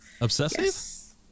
obsessive